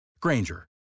Granger